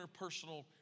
interpersonal